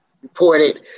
reported